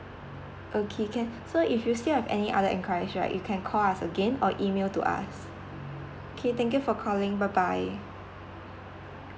okay can so if you still have any other enquiries right you can call us again or email to us okay thank you for calling bye bye